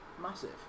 Massive